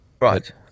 Right